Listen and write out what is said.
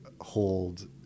hold